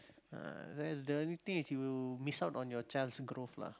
ah the only thing is you miss out on your child's growth lah